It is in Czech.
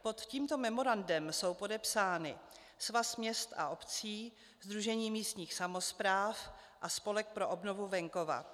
Pod tímto memorandem jsou podepsány Svaz měst a obcí, Sdružení místních samospráv a Spolek pro obnovu venkova.